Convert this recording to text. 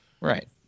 Right